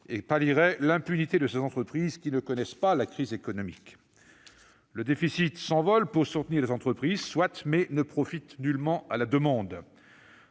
et pallierait l'impunité de ces entreprises qui ne connaissent pas la crise économique. Le déficit s'envole pour soutenir les entreprises, soit, mais ne profite nullement à la demande.